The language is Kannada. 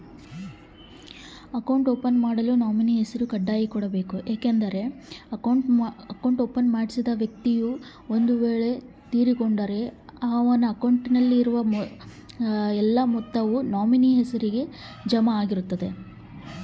ಅಕೌಂಟ್ ಓಪನ್ ಮಾಡಲು ನಾಮಿನಿ ಹೆಸರು ಕಡ್ಡಾಯವಾಗಿ ಕೊಡಬೇಕಾ?